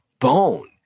bone